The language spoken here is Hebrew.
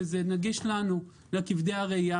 שזה נגיש לכבדי הראייה,